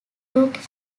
took